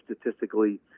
statistically